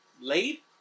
late